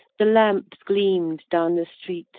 the lamps gleam'd down the street